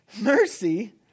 Mercy